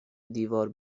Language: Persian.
دیوار